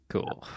Cool